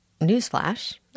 newsflash